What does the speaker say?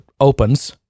opens